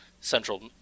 central